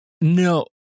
No